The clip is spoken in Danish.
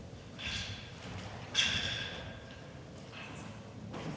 Tak